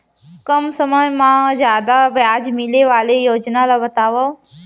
कम समय मा जादा ब्याज मिले वाले योजना ला बतावव